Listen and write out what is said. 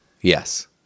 Yes